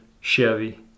Chevy